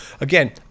again